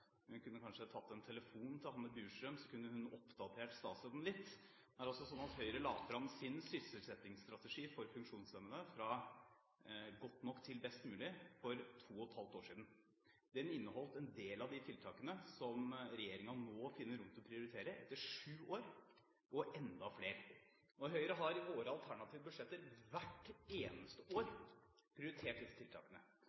Hun kunne kanskje tatt en telefon til Hanne Inger Bjurstrøm, så kunne hun oppdatert statsråden litt. Høyre la fram sin sysselsettingsstrategi for funksjonshemmede, Fra godt nok til best mulig, for to og et halvt år siden. Den inneholdt en del av de tiltakene som regjeringen nå finner rom til å prioritere – etter sju år – og enda flere. Vi i Høyre har i våre alternative budsjetter hvert eneste